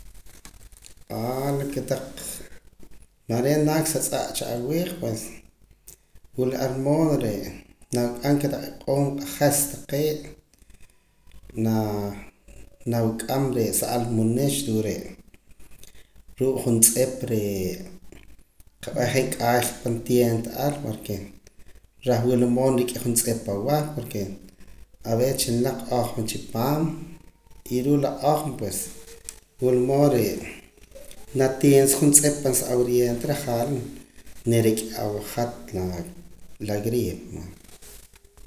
la kotaq ma reen naak sa tz'aa' chi awiij pues wula ar mood re' na uk'am kotaq aq'oom q'ajas taqee' na na uk'am re' sa almuunix ruu' re' ruu' juntz'ip re' qa'b'eh je' nk'ayja pan tienta ar porque reh wula mood nrika' juntz'ip aweh porque avece chilinak ojmo chi paam y ruu' la ojmo pues wula mood re' na tinsaa juntz'ip pan sa aguarienta reh ja're' nrik'a aweh hat la gripe.